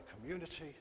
community